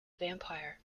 vampire